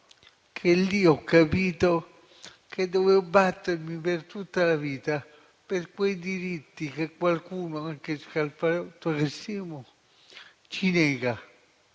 che lì ho capito che dovevo battermi per tutta la vita per quei diritti che qualcuno - anche Scalfarotto che stimo - ci nega